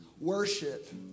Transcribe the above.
worship